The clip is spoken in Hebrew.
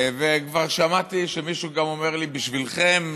וכבר שמעתי שמישהו גם אומר לי: בשבילכם,